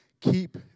Keep